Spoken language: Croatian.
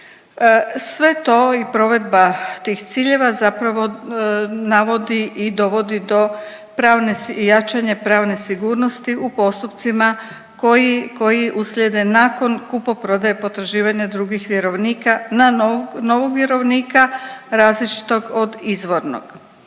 Sve to i provedba tih ciljeva zapravo navodi i dovodi do jačanja pravne sigurnosti u postupcima koji uslijede nakon kupoprodaje potraživanja drugih vjerovnika na novog vjerovnika različitog od izvornog.